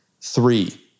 three